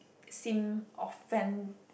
seem offend